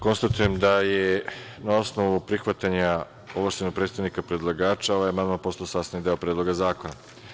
Konstatujem da je, na osnovu prihvatanja ovlašćenog predstavnika predlagača, ovaj amandman postao sastavni deo Predloga zakona.